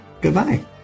Goodbye